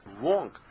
wrong